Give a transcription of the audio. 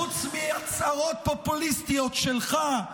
חוץ מהצהרות פופוליסטיות שלך,